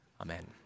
Amen